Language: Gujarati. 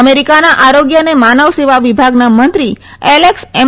અમેરિકાના આરોગ્ય અને માનવ સેવા વિભાગના મંત્રી એલેક્સ એમ